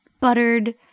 buttered